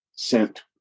sent